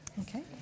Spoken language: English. Okay